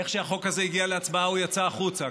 איך שהחוק הזה הגיע להצבעה הוא יצא החוצה,